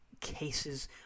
cases